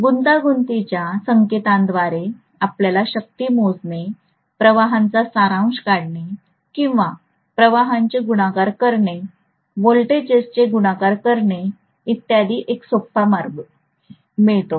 गुंतागुंतीच्या संकेतांद्वारे आपल्याला शक्ती मोजणे प्रवाहांचा सारांश काढणे किंवा प्रवाहांचे गुणाकार करणे व्होल्टेजेसचे गुणाकार करणे इत्यादी एक सोपा मार्ग मिळतो